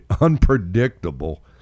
unpredictable